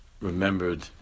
remembered